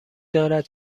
دارد